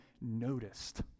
noticed